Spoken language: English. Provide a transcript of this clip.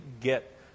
get